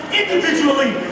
individually